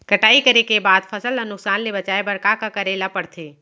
कटाई करे के बाद फसल ल नुकसान ले बचाये बर का का करे ल पड़थे?